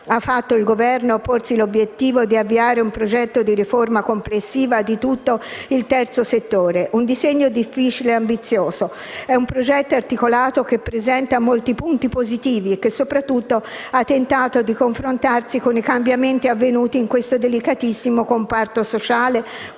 ha fatto il Governo a porsi l'obiettivo di avviare un progetto di riforma complessiva di tutto il terzo settore. Un disegno difficile ed ambizioso, un progetto articolato, che presenta molti punti positivi e che, soprattutto, ha tentato di confrontarsi con i cambiamenti avvenuti in questo delicatissimo comparto sociale, culturale